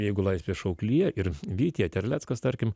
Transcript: jeigu laisvės šauklyje ir vytyje terleckas tarkim